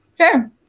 sure